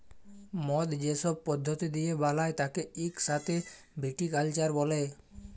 মদ যে সব পদ্ধতি দিয়ে বালায় তাকে ইক সাথে ভিটিকালচার ব্যলে